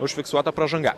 užfiksuota pražanga